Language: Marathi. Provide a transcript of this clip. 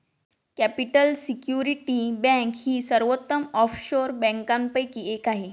कॅपिटल सिक्युरिटी बँक ही सर्वोत्तम ऑफशोर बँकांपैकी एक आहे